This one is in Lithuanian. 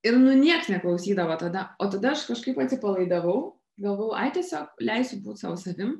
ir nu nieks neklausydavo tada o tada aš kažkaip atsipalaidavau galvojau ai tiesiog leisiu būt sau savim